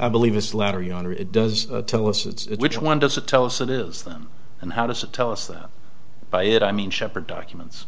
i believe this letter yonder it does tell us it's which one does it tell us it is them and how does it tell us that by it i mean shepherd documents